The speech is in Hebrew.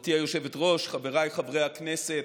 גברתי היושבת-ראש, חבריי חברי הכנסת,